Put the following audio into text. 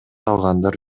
алгандар